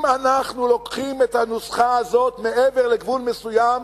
אם אנחנו לוקחים את הנוסחה הזאת מעבר לגבול מסוים,